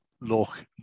look